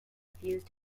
fused